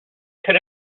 could